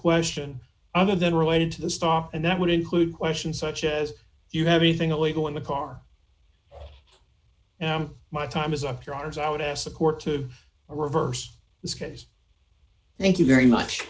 question other than related to the stock and that would include questions such as you have anything illegal in the car and my time is up your arse i would ask the court to reverse this case thank you very much